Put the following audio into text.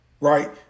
right